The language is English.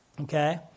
Okay